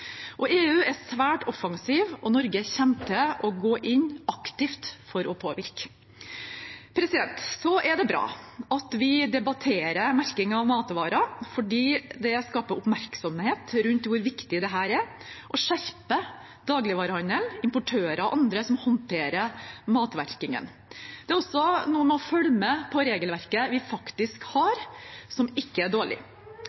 EU er svært offensiv, og Norge kommer til å gå inn aktivt for å påvirke. Så er det bra at vi debatterer merking av matvarer, for det skaper oppmerksomhet rundt hvor viktig dette er, og det skjerper dagligvarehandelen, importører og andre som håndterer matmerkingen. Det er også noe med å følge med på regelverket vi faktisk